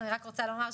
אני רק רוצה לומר,